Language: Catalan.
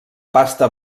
pasta